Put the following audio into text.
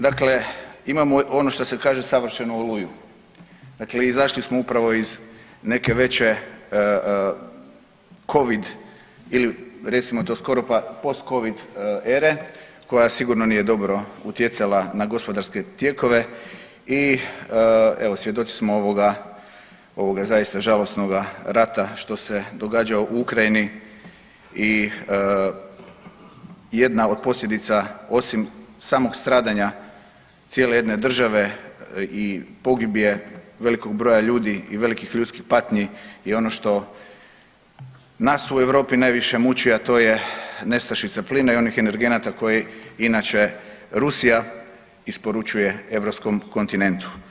Dakle, imamo ono što se kaže savršenu oluju, dakle izašli smo upravo iz neke veće covid ili recimo to skoro pa postcovid ere koja sigurno nije dobro utjecala na gospodarske tijekove i evo svjedoci smo ovoga, ovoga zaista žalosnoga rata što se događa u Ukrajini i jedna od posljedica osim samog stradanja cijele jedne države i pogibije velikog broja ljudi i velikih ljudskih patnji je ono što nas u Europi najviše muči, a to je nestašica plina i onih energenata koji inače Rusija isporučuje europskom kontinentu.